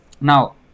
Now